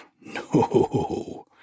No